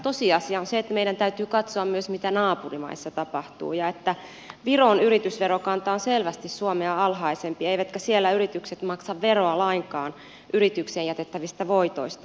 tosiasia on se että meidän täytyy katsoa myös mitä naapurimaissa tapahtuu ja että viron yritysverokanta on selvästi suomea alhaisempi eivätkä siellä yritykset maksa veroa lainkaan yritykseen jätettävistä voitoista